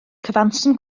cyfanswm